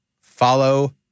Follow